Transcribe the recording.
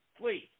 please